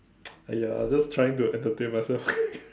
!aiya! just trying to entertain myself